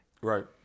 right